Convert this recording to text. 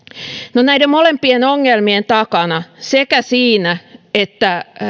no näiden molempien ongelmien takana niin siinä että